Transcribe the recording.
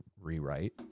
rewrite